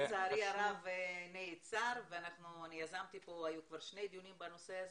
לצערי הרב זה נעצר וביוזמתי היו בוועדה כבר שני דיונים בנושא הזה.